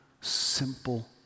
simple